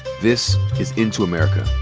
this is into america.